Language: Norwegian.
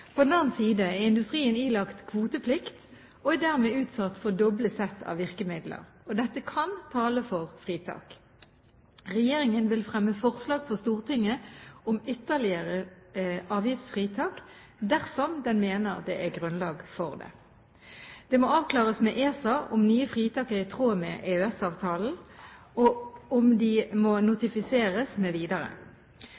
På den annen side er industrien ilagt kvoteplikt og er dermed utsatt for doble sett av virkemidler. Dette kan tale for fritak. Regjeringen vil fremme forslag for Stortinget om ytterligere avgiftsfritak dersom den mener at det er grunnlag for det. Det må avklares med ESA om nye fritak er i tråd med EØS-avtalen, om de må